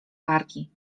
wargi